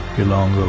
belong